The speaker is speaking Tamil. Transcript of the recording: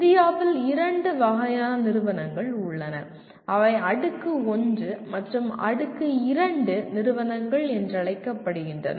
இந்தியாவில் இரண்டு வகையான நிறுவனங்கள் உள்ளன அவை அடுக்கு 1 மற்றும் அடுக்கு 2 நிறுவனங்கள் என்று அழைக்கப்படுகின்றன